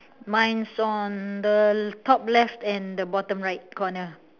mine is on the top left and the bottom right corner